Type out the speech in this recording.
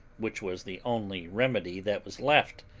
which was the only remedy that was left,